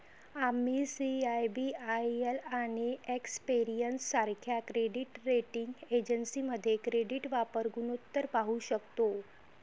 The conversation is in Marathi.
आम्ही सी.आय.बी.आय.एल आणि एक्सपेरियन सारख्या क्रेडिट रेटिंग एजन्सीमध्ये क्रेडिट वापर गुणोत्तर पाहू शकतो